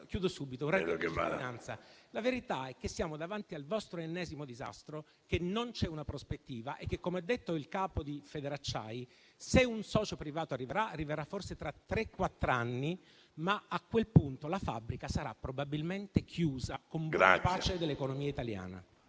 Concludo. La verità è che siamo davanti al vostro ennesimo disastro, non c'è una prospettiva e, come ha detto il capo di Federacciai se un socio privato arriverà, accadrà forse tra tre-quattro anni, ma a quel punto la fabbrica sarà probabilmente chiusa con buona pace dell'economia italiana.